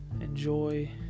enjoy